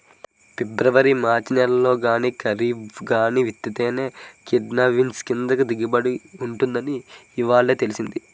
February మార్చి నెలల్లో గానీ, కరీబ్లో గానీ విత్తితేనే కిడ్నీ బీన్స్ కి దిగుబడి ఉంటుందని ఇయ్యాలే తెలిసింది